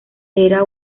era